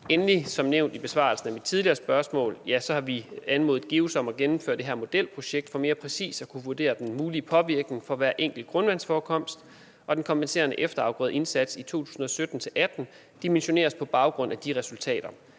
Endelig som nævnt i min besvarelse af det tidligere spørgsmål har vi anmodet GEUS om at gennemføre det her modelprojekt for mere præcist at kunne vurdere den mulige påvirkning for hver enkelt grundvandsforekomst, og den kompenserende efterafgrødeindsats i 2017-18 dimensioneres på baggrund af de resultater.